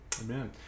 Amen